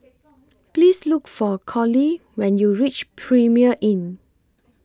Please Look For Colie when YOU REACH Premier Inn